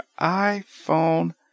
iPhone